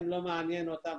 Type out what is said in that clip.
אנחנו נמשיך את העבודה שלנו,